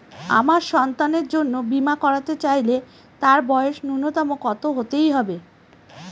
আমার সন্তানের জন্য বীমা করাতে চাইলে তার বয়স ন্যুনতম কত হতেই হবে?